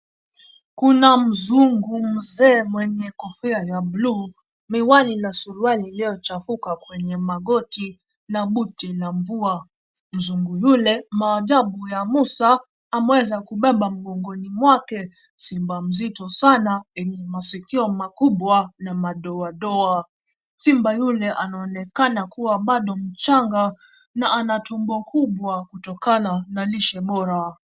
Kuna mzungu mzee mwenye kofia ya bluu, miwani na suruali iliyochafuka kwenye magoti, na buti la mvua, mzungu yule maajabu ya Musa! Ameweza kubeba mgongoni mwake, simba mzito sana, mwenye masikio makubwa na madoadoa. Simba yule anaonekana kuwa bado mchanga, na ana tumbo kubwa kutokana na lishe bora.